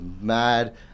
mad